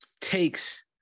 takes